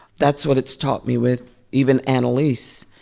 that's what it's taught me with even annalise.